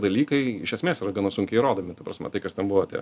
dalykai iš esmės yra gana sunkiai įrodomi ta prasme tai kas ten buvo tie